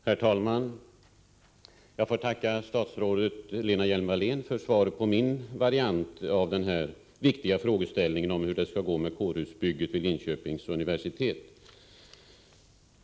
Herr talman! Jag får tacka statsrådet Lena Hjelm-Wallén för svaret på min variant av den viktiga frågeställningen om hur det skall gå med kårhusbygget vid Linköpings universitet.